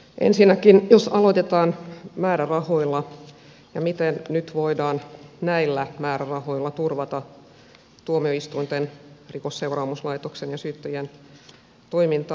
ensinnäkin jos aloitetaan määrärahoilla ja sillä miten nyt voidaan näillä määrärahoilla turvata tuomioistuinten rikosseuraamuslaitoksen ja syyttäjien toimintaa